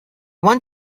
want